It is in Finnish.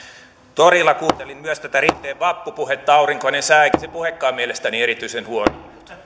torilla kuuntelin myös tätä rinteen vappupuhetta oli aurinkoinen sää eikä se puhekaan mielestäni erityisen huono